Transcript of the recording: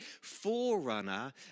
forerunner